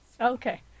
Okay